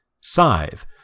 Scythe